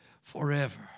forever